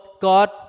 God